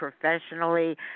professionally